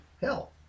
hell